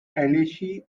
alesi